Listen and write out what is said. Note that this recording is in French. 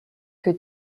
que